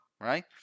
right